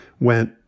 went